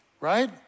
right